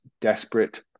desperate